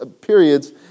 periods